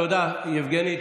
תודה, יבגני.